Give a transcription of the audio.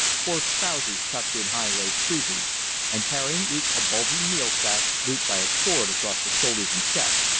coarse trousers tucked in high laced cruisers and carrying each a bulging meal sack looped by a cord across the shoulders and chest.